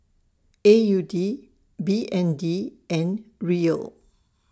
A U D B N D and Riel